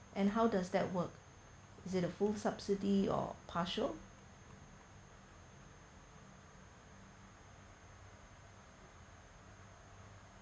and how does that work is it a full subsidy or partial